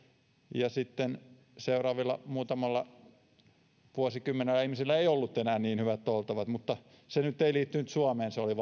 ja sitten muutamilla seuraavilla vuosikymmenillä ihmisillä ei ollut enää niin hyvät oltavat mutta se nyt ei liittynyt suomeen se oli